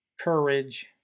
courage